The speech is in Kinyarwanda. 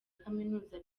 kaminuza